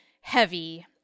heavy